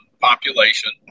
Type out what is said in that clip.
population